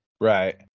Right